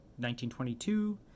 1922